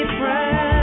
friends